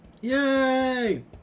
Yay